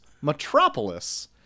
Metropolis